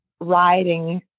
riding